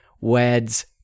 weds